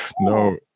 no